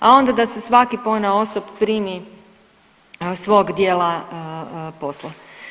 A onda da se svaki ponaosob primi svog dijela posla.